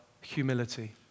humility